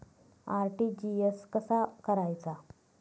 RTGS कसा करायचा?